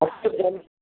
अस्य ग्रन्थस्य